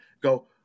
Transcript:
go